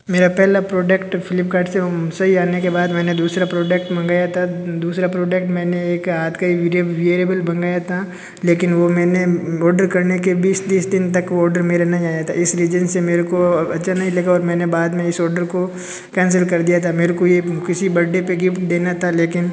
मेरा पहला product Flipkart से सही आने के बाद मैंने दूसरा प्रोडक्ट मंगाया था दूसरा प्रोडक्ट मैंने एक हाथ का विडियो वेरिएबल मंगाया था लेकिन वो मैंने ओडर करने के बीस तीस दिन तक वो ओडर मेरा नहीं आया था इस रीज़न से मेरे को अच्छा नहीं लगा और मैंने बाद में इस ओडर को कैंसिल कर दिया था मेरे को ये किसी बर्डे पर गिफ्ट देना था लेकिन